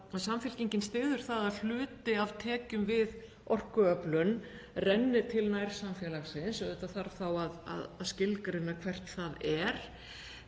að Samfylkingin styður það að hluti af tekjum við orkuöflun renni til nærsamfélagsins, auðvitað þarf þá að skilgreina hvert það er.